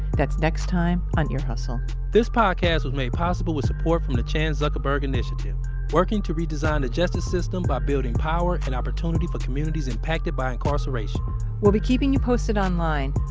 that's next time on ear hustle this podcast was made possible with support from the chan zuckerberg tnitiative working to redesign the justice system by building power and opportunity for communities impacted by incarceration we'll be keeping you posted online.